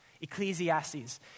Ecclesiastes